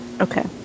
Okay